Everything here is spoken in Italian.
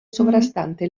sovrastante